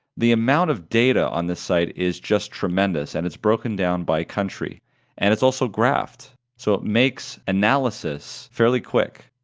the amount of data on this site is just tremendous, and it's broken down by country and it's also graphed, so it makes analysis fairly quick,